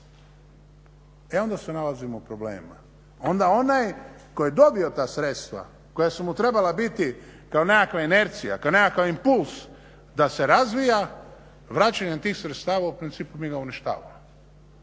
E onda se nalazimo u problemima, onda onaj koji je dobio ta sredstva koja su mu trebala biti kao nekakva inercija, kao nekakva impuls da se razvija, vraćanjem tih sredstava u principu mi ga uništavamo.